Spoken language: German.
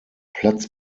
platz